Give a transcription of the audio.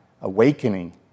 awakening